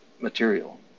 material